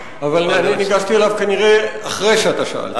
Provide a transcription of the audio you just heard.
כנראה ניגשתי אליו אחרי שאתה שאלת.